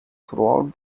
throughout